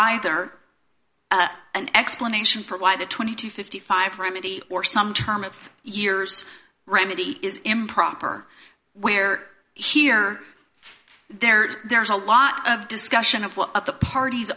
either an explanation for why the twenty to fifty five remedy or some term of years remedy is improper where here there there's a lot of discussion of what of the parties